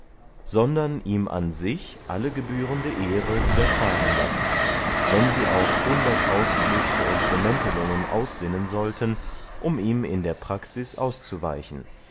sondern ihm an sich alle gebührende ehre wiederfahren lassen wenn sie auch hundert ausflüchte und bemäntelungen aussinnen sollten um ihm in der praxis auszuweichen